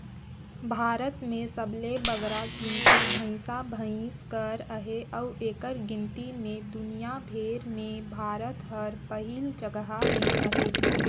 भारत में सबले बगरा गिनती भंइसा भंइस कर अहे अउ एकर गिनती में दुनियां भेर में भारत हर पहिल जगहा में अहे